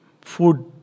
food